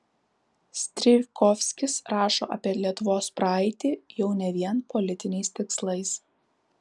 strijkovskis rašo apie lietuvos praeitį jau ne vien politiniais tikslais